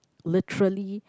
literally